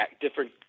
different